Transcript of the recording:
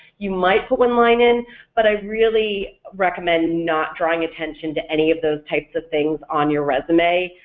you might put one line in but i really recommend not drawing attention to any of those types of things on your resume,